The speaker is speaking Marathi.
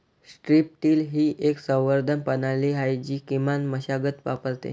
स्ट्रीप टिल ही एक संवर्धन प्रणाली आहे जी किमान मशागत वापरते